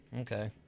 Okay